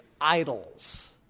idols